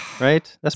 right